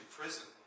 prison